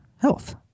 health